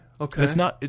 Okay